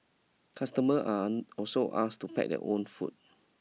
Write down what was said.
customer are also asked to pack their own food